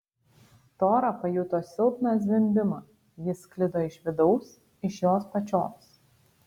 tora pajuto silpną zvimbimą jis sklido iš vidaus iš jos pačios